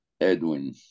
Edwin